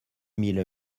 mille